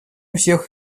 всех